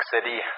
City